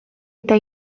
eta